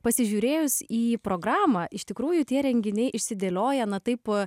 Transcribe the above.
pasižiūrėjus į programą iš tikrųjų tie renginiai išsidėlioja na taip